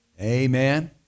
Amen